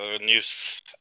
news